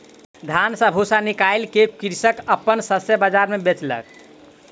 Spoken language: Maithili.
धान सॅ भूस्सा निकाइल के कृषक अपन शस्य बाजार मे बेचलक